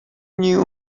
knew